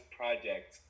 project